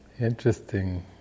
Interesting